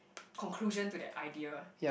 conclusion to that idea